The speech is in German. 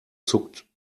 zuckt